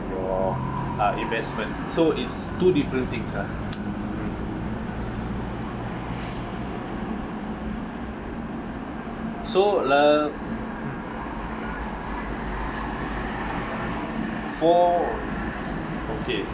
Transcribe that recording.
for uh investment so it's two different things ah so uh for okay